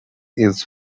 else